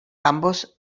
ambos